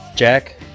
Jack